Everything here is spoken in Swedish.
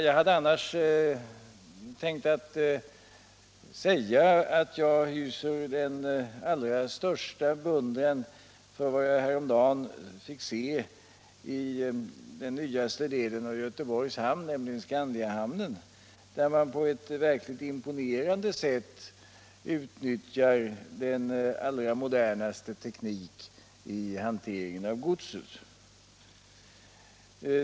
Jag hade annars tänkt säga att jag hyser den allra största beundran för vad jag häromdagen fick se i den nyaste delen av Göteborgs hamn, nämligen Skandiahamnen. Där utnyttjar man på ett imponerande sätt den allra modernaste teknik i hanteringen av godset.